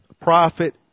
prophet